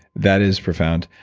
that is profound.